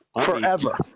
forever